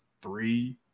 three